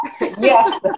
Yes